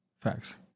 Facts